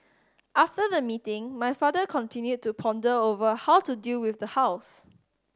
after the meeting my father continued to ponder over how to deal with the house